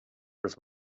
raibh